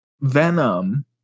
venom